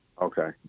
Okay